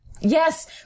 Yes